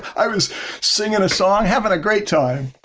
i was singing a song, having a great time.